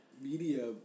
media